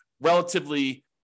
relatively